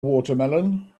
watermelon